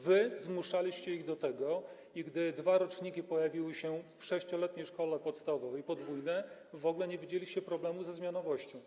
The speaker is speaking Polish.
Wy zmuszaliście ich do tego i gdy dwa roczniki pojawiły się w 6-letniej szkole podstawowej, podwójne, to w ogóle nie widzieliście problemu ze zmianowością.